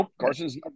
Carson's